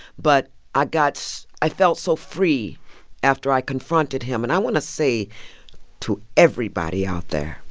but i got i felt so free after i confronted him. and i want to say to everybody out there.